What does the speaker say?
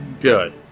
good